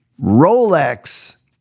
Rolex